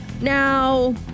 Now